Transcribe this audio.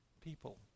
people